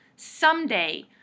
Someday